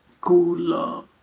cool